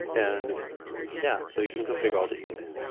and yeah, so you can configure all these things.